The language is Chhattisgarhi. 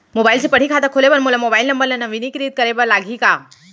मोबाइल से पड़ही खाता खोले बर मोला मोबाइल नंबर ल नवीनीकृत करे बर लागही का?